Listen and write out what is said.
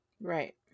Right